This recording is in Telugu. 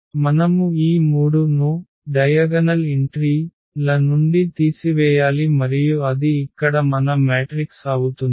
మనము ఈ 3 ను వికర్ణ ఎంట్రీల నుండి తీసివేయాలి మరియు అది ఇక్కడ మన మ్యాట్రిక్స్ అవుతుంది